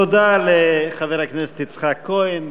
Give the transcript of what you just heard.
תודה לחבר הכנסת יצחק כהן,